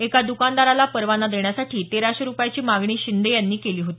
एका दुकानदाराला परवाना देण्यासाठी तेराशे रुपयाची मागणी शिंदे यानी केली होती